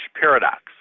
Paradox